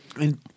And-